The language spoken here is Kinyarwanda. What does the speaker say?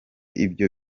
ibyo